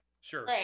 sure